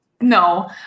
no